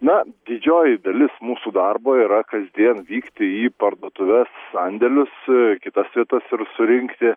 na didžioji dalis mūsų darbo yra kasdien vykti į parduotuves sandėlius kitas vietas ir surinkti